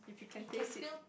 it can fill